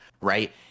right